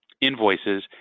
invoices